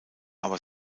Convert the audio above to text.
aber